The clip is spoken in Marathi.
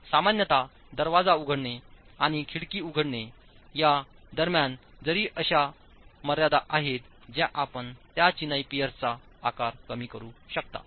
तर सामान्यत दरवाजा उघडणे आणि खिडकी उघडणे या दरम्यान जरी अशा मर्यादा आहेत ज्या आपण त्या चिनाई पियर्सचा आकार कमी करू शकता